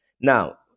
Now